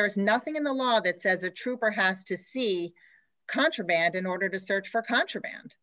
there is nothing in the law that says a trooper has to see contraband in order to search for contraband